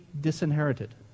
disinherited